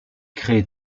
crée